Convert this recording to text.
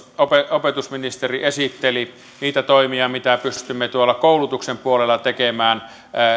opetusministeri esitteli niitä toimia mitä pystymme koulutuksen puolella tekemään